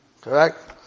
correct